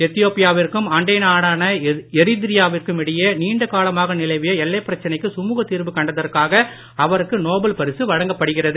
Ethiopia விற்கும் அண்டை நாடான எரித்ரியா விற்கும் இடையே நீண்ட காலமாக நிலவிய எல்லைப் பிரச்சனைக்கு சுழுகத் தீர்வு கண்டதற்காக அவருக்கு பரிசு வழங்கப் படுகிறது